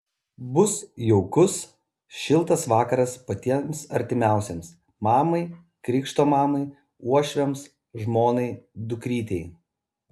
bus jaukus šiltas vakaras patiems artimiausiems mamai krikšto mamai uošviams žmonai dukrytei